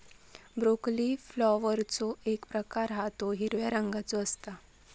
broccoli फ्लॉवरचो एक प्रकार हा तो हिरव्या रंगाचो असता